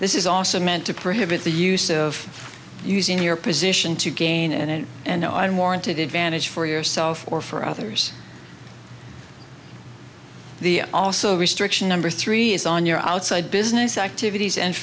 this is also meant to prohibit the use of using your position to gain and and i'm warranted advantage for yourself or for others the also restriction number three is on your outside business activities and